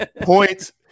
points